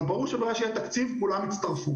אבל ברור שברגע שיהיה תקציב, כולם יצטרפו.